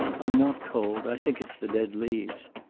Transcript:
i'm not cold. i think it's the dead leaves.